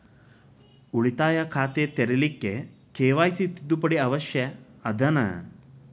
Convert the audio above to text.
ಉಳಿತಾಯ ಖಾತೆ ತೆರಿಲಿಕ್ಕೆ ಕೆ.ವೈ.ಸಿ ತಿದ್ದುಪಡಿ ಅವಶ್ಯ ಅದನಾ?